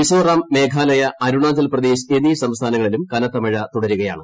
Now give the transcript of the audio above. മിസോറാം മേഘാലയ അരുണാചൽ പ്രദേശ് എന്നീ സംസ്ഥാനങ്ങളിലും കനത്ത മഴ തുടരുകയാണ്